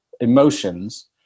emotions